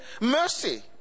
mercy